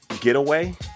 getaway